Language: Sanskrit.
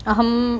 अहम्